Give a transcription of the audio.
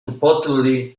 reportedly